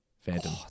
Phantom